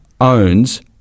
owns